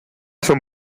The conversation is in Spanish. son